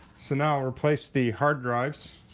so now replace the hard drives